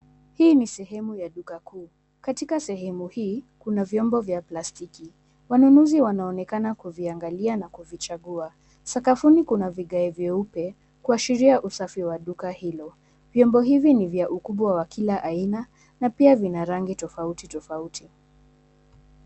Hii ni sehemu ya duka kuu. Katika sehemu hii, kuna vyombo vya plastiki. Wanunuzi wanaonekana kuviangalia na kuvichagua. Sakafuni kuna vigae vyeupe kuashiria usafi wa duka hilo. Vyombo hivi ni vya ukubwa wa kila aina na pia vina rangi tofauti tofauti.